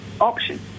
option